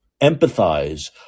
empathize